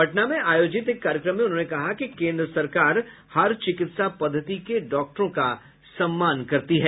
पटना में आयोजित एक कार्यक्रम में उन्होंने कहा कि केन्द्र सरकार हर चिकित्सा पद्धति के डॉक्टरों का सम्मान करती है